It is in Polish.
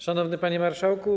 Szanowny Panie Marszałku!